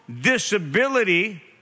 disability